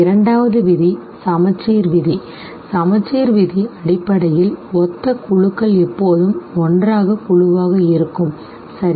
இரண்டாவது விதி சமச்சீர் விதி சமச்சீர் விதி அடிப்படையில் ஒத்த குழுக்கள் எப்போதும் ஒன்றாக குழுவாக இருக்கும் சரி